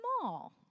small